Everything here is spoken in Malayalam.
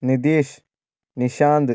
നിതേഷ് നിഷാന്ത്